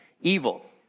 evil